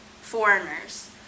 foreigners